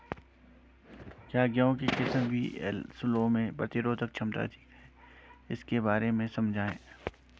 क्या गेहूँ की किस्म वी.एल सोलह में प्रतिरोधक क्षमता अधिक है इसके बारे में समझाइये?